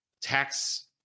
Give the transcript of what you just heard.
tax